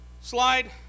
slide